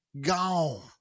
Gone